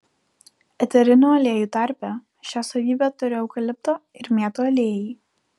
eterinių aliejų tarpe šią savybę turi eukalipto ir mėtų aliejai